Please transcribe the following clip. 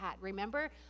Remember